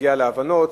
להגיע להבנות.